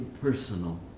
personal